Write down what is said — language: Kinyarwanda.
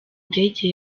ndege